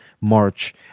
March